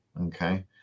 okay